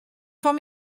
fan